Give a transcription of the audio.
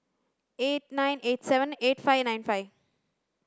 eight nine eight seven eight five nine five